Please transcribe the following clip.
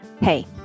Hey